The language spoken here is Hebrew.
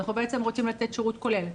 אנחנו בעצם רוצים לתת שירות כולל.